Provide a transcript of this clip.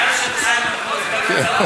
נא להצביע הצבעה חוזרת על מנת שתהיה לי רשימה.